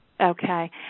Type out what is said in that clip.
Okay